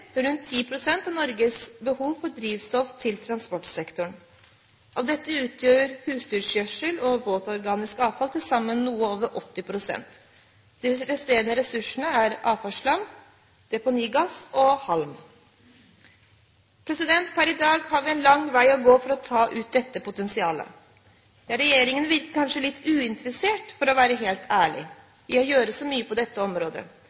rundt 10 pst. av Norges behov for drivstoff til transportsektoren. Av dette utgjør husdyrgjødsel og våtorganisk avfall til sammen noe over 80 pst. De resterende ressursene er avløpsslam, deponigass og halm. Per i dag har vi en lang vei å gå for å ta ut dette potensialet. Regjeringen virker kanskje litt uinteressert – for å være helt ærlig – i å gjøre så mye på dette området.